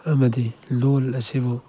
ꯑꯃꯗꯤ ꯂꯣꯜ ꯑꯁꯤꯕꯨ